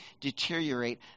deteriorate